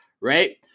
Right